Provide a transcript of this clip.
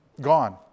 Gone